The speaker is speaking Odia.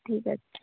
ଠିକ୍ ଅଛି